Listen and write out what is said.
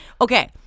okay